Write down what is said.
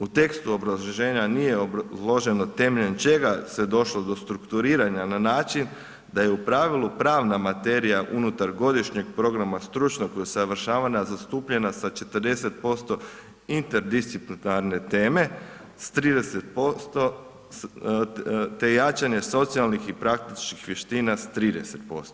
U tekstu obrazloženja nije obrazloženo temeljem čega se došlo do strukturiranja na način da je u pravilu pravna materija unutar godišnjeg programa stručnog usavršavanja zastupljena sa 40% interdisciplinarne teme, s 30% te jačanje socijalnih i praktičnih vještina s 30%